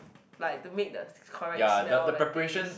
like to make the correct smell the taste